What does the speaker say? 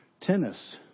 tennis